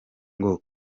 ngo